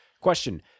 Question